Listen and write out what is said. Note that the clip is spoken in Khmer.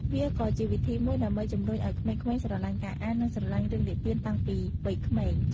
វាក៏ជាវិធីមួយដើម្បីជំរុញឲ្យក្មេងៗស្រលាញ់ការអាន និងស្រឡាញ់រឿងនិទានតាំងពីវ័យក្មេង។